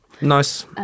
Nice